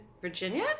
Virginia